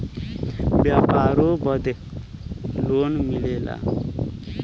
व्यापारों बदे लोन मिलला